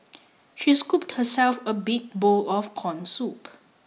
she scooped herself a big bowl of corn soup